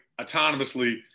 autonomously